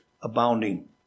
abounding